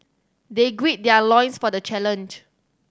they gird their loins for the challenge